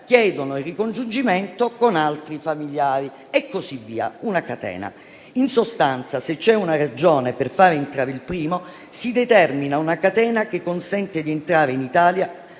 chiedono il ricongiungimento con altri familiari e così via, a catena. In sostanza, se c'è una ragione per fare entrare il primo, si determina una catena che consente di entrare in Italia